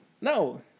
No